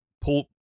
pull